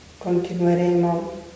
continueremo